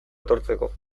etortzeko